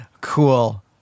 Cool